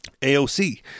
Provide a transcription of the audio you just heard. AOC